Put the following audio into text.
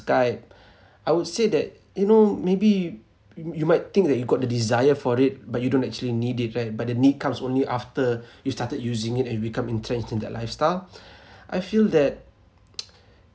skype I would say that you know maybe y~ you might think that you got the desire for it but you don't actually need it right but the need comes only after you started using it and you become entrenched in that lifestyle I feel that